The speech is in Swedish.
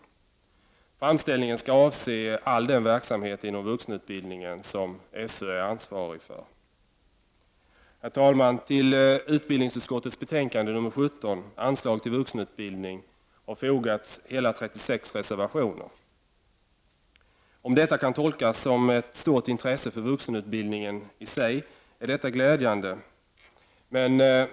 Framställningen skall avse all den verksamhet inom vuxenutbildningen som SÖ är ansvarig för. Herr talman! Till utbildningsutskottets betänkande nr 17, Anslag till vuxenutbildning, har fogats hela 36 reservationer. Om detta kan tolkas som ett stort intresse för vuxenutbildningen i sig, är detta glädjande.